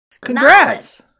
Congrats